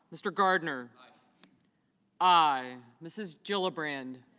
mr. gardner i. mrs. jill a brand